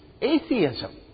Atheism